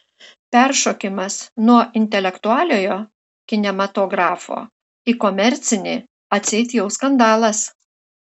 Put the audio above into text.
peršokimas nuo intelektualiojo kinematografo į komercinį atseit jau skandalas